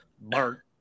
Bart